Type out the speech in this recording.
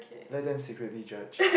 let them secretly judge